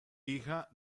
hija